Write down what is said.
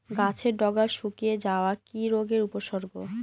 গাছের ডগা শুকিয়ে যাওয়া কি রোগের উপসর্গ?